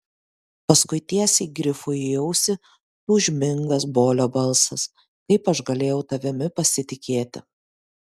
paskui tiesiai grifui į ausį tūžmingas bolio balsas kaip aš galėjau tavimi pasitikėti